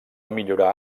millorar